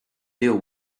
deal